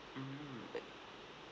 mmhmm